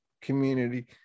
community